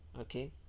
Okay